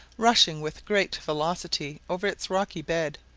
rushing with great velocity over its rocky bed,